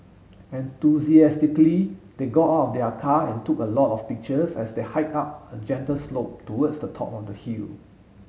enthusiastically they got out their car and took a lot of pictures as they hiked up a gentle slope towards the top of the hill